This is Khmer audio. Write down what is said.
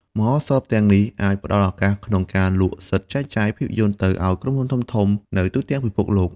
មហោស្រពទាំងនេះ អាចផ្តល់ឱកាសក្នុងការលក់សិទ្ធិចែកចាយភាពយន្តទៅឲ្យក្រុមហ៊ុនធំៗនៅទូទាំងពិភពលោក។